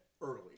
early